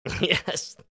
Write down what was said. yes